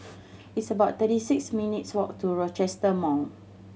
it's about thirty six minutes' walk to Rochester Mall